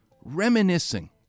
Reminiscing